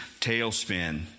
tailspin